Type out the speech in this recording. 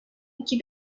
keep